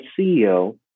CEO